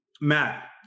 Matt